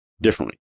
differently